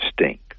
stink